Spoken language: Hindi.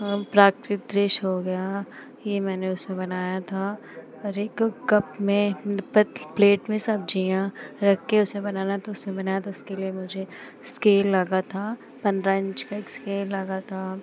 हाँ प्राकृत दृश्य हो गया यह मैंने उसमें बनाया था और एक कप में मतलब प्लेट में सब्ज़ियाँ रखकर उसमें बनाना था उसमें बनाया तो उसके लिए मुझे इस्केल लगा था पन्द्रह इंच का एक इस्केल लगा था